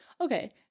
Okay